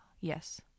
Yes